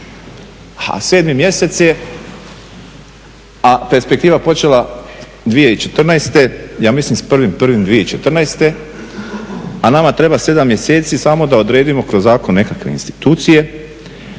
a 7.mjesec, a perspektiva počela 2014.ja mislim s 1.12014., a nama treba 7 mjeseci samo da odredimo kroz zakon nekakve institucije,